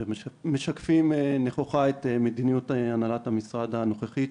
שמשקפים נכוחה את מדיניות הנהלת המשרד הנוכחית,